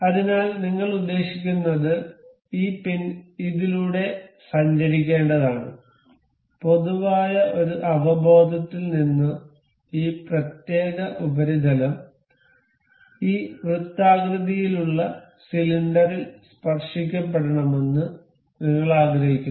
അതിനാൽ നിങ്ങൾ ഉദ്ദേശിക്കുന്നത് ഈ പിൻ ഇതിലൂടെ സഞ്ചരിക്കേണ്ടതാണ് പൊതുവായ ഒരു അവബോധത്തിൽ നിന്ന് ഈ പ്രത്യേക ഉപരിതലം ഈ വൃത്താകൃതിയിലുള്ള സിലിണ്ടറിൽ സ്പർശിക്കപ്പെടണമെന്ന് നിങ്ങൾ ആഗ്രഹിക്കുന്നു